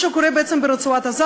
מה שקורה בעצם ברצועת-עזה,